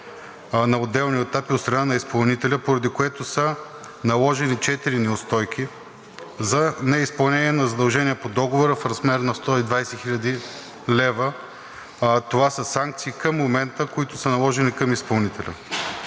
на отделни етапи от страна на изпълнителя, поради което са наложени четири неустойки за неизпълнение на задължения по договора в размер на 120 хил. лв. Това са санкции към момента, които са наложени към изпълнителя.